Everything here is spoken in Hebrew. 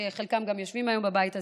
שחלקם גם יושבים היום בבית הזה,